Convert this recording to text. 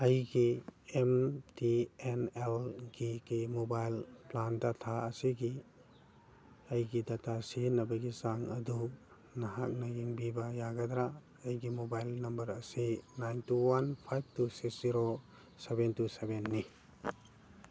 ꯑꯩꯇꯤ M T N ꯑꯦꯜꯒꯤꯀꯤ mobile ꯄ꯭ꯂꯥꯟꯗ ꯊꯥ ꯑꯁꯤꯒꯤ ꯑꯩꯒꯤ ꯗꯦꯇꯥ ꯁꯤꯖꯤꯟꯅꯕꯒꯤ ꯆꯥꯡ ꯑꯗꯨ ꯅꯍꯥꯛꯅ ꯌꯦꯡꯕꯤꯕ ꯌꯥꯒꯗ꯭ꯔꯥ ꯑꯩꯒꯤ ꯃꯣꯕꯥꯏꯜ ꯅꯝꯕꯔ ꯑꯁꯤ nine two one five two six zero seven two ꯁꯕꯦꯟꯅꯤ